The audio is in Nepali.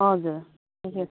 हजुर हजुर